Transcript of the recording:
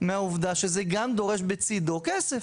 מהעובדה שזה גם דורש בצידו כסף.